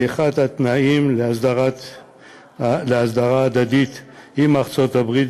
והיא אחד התנאים להסדר הדדי עם ארצות-הברית